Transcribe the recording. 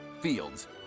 Fields